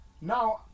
now